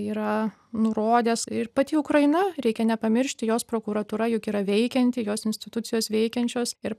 yra nurodęs ir pati ukraina reikia nepamiršti jos prokuratūra juk yra veikianti jos institucijos veikiančios ir